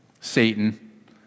Satan